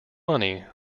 money